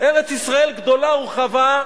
ארץ-ישראל גדולה ורחבה,